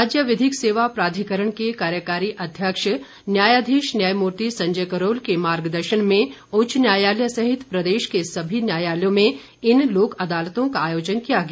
राज्य विधिक सेवा प्राधिकरण के कार्यकारी अध्यक्ष न्यायाधीश न्यायमूर्ति संजय करोल के मार्गदर्शन में उच्च न्यायालय सहित प्रदेश के सभी न्यायालयों में इन लोक अदालतों का आयोजन किया गया